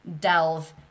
delve